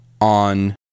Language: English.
on